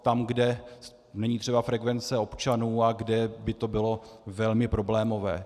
Tam, kde není třeba frekvence občanů a kde by to bylo velmi problémové.